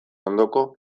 ondoko